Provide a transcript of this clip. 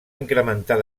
incrementar